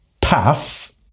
PATH